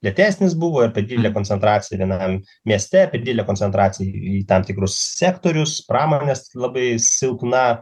lėtesnis buvo ir per didelė koncentracija vienam mieste per didelė koncentracija į į tam tikrus sektorius pramonės labai silpna